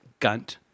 Gunt